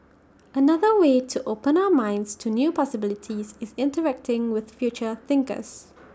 another way to open our minds to new possibilities is interacting with future thinkers